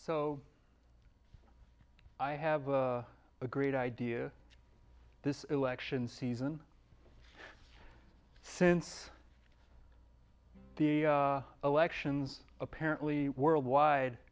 so i have a great idea this election season since the elections apparently worldwide